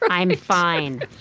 i'm fine.